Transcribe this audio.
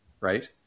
right